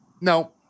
No